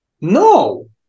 No